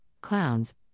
clowns